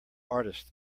artist